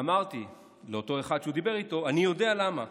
ואמרתי, לאותו אחד שהוא דיבר איתו: אני יודע למה,